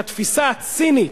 על התפיסה הצינית,